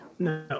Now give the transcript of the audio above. No